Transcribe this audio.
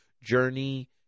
journey